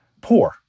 poor